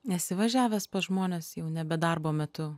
esi važiavęs pas žmones jau nebe darbo metu